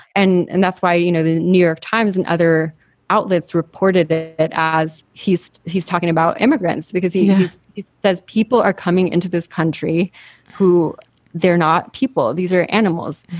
and and that's why, you know, the new york times and other outlets reported it it as he's he's talking about immigrants because he says people are coming into this country who they're not people. these are animals.